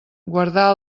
guardar